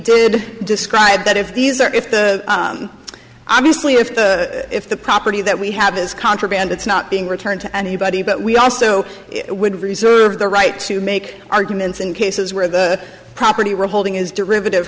did describe that if these are if obviously if if the property that we have is contraband it's not being returned to anybody but we also would reserve the right to make arguments and he says where the property were holding is derivative